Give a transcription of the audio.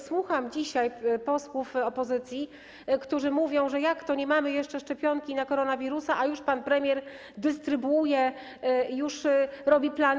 Słucham dzisiaj posłów opozycji, którzy mówią: Jak to, nie mamy jeszcze szczepionki na koronawirusa, a już pan premier dystrybuuje, już robi plany?